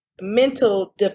mental